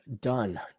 done